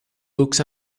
books